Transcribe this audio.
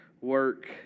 work